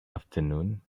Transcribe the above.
afternoon